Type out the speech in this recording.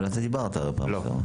אבל אתה דיברת בפעם האחרונה.